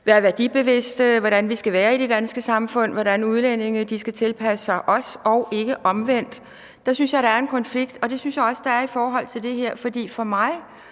være værdibevidste, hvordan vi skal være i det danske samfund, hvordan udlændinge skal tilpasse sig os og ikke omvendt. Der synes jeg der er en konflikt, og det synes jeg også der er i forhold til det her. For mig